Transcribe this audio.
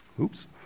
Oops